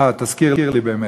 תזכיר לי באמת.